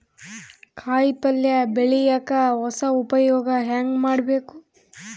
ಕಾಯಿ ಪಲ್ಯ ಬೆಳಿಯಕ ಹೊಸ ಉಪಯೊಗ ಹೆಂಗ ಮಾಡಬೇಕು?